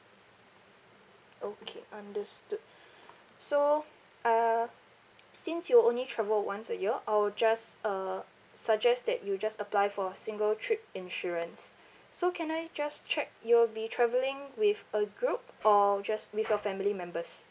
okay understood so uh since you only travel once a year I will just uh suggest that you just apply for a single trip insurance so can I just check you will be travelling with a group or just with your family members